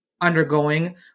undergoing